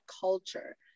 culture